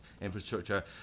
infrastructure